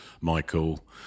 Michael